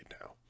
now